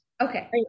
Okay